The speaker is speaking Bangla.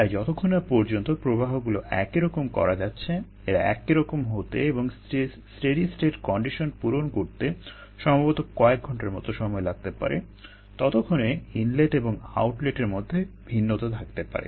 তাই যতক্ষণ না পর্যন্ত প্রবাহগুলোকে একই রকম করা যাচ্ছে এরা একইরকম হতে এবং স্টেডি স্টেট কন্ডিশন পূরণ করতে সম্ভবত কয়েক ঘন্টার মতো সময় লাগতে পারে ততক্ষণ পর্যন্ত ইনলেট এবং আউটলেটের মধ্যে ভিন্নতা থাকতে পারে